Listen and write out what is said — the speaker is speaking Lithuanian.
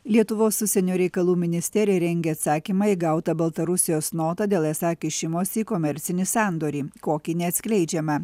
lietuvos užsienio reikalų ministerija rengia atsakymą į gautą baltarusijos notą dėl esą kišimosi į komercinį sandorį kokį neatskleidžiama